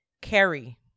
Carrie